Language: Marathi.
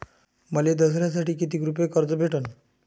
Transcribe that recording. मले दसऱ्यासाठी कितीक रुपये कर्ज भेटन?